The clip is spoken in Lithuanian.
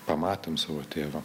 pamatėm savo tėvą